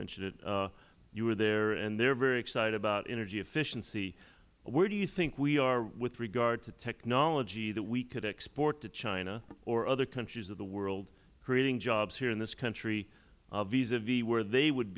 mentioned it you were there and they are very excited about energy efficiency where do you think we are with regard to technology that we could export to china or other countries of the world creating jobs here in this country vis a vis where they would